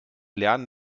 lernen